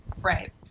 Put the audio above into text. Right